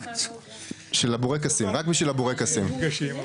בשביל הבורקסים, רק בשביל הבורקסים.